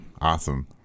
awesome